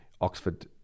Oxford